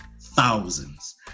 thousands